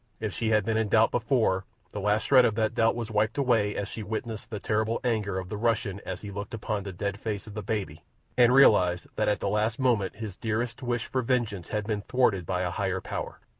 if she had been in doubt before the last shred of that doubt was wiped away as she witnessed the terrible anger of the russian as he looked upon the dead face of the baby and realized that at the last moment his dearest wish for vengeance had been thwarted by a higher power.